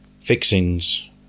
fixings